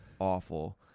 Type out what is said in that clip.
awful